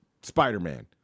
spider-man